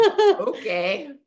Okay